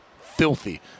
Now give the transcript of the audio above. Filthy